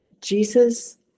Jesus